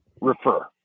refer